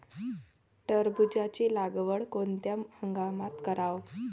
टरबूजाची लागवड कोनत्या हंगामात कराव?